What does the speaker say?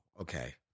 Okay